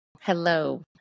Hello